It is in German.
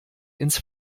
ins